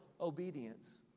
obedience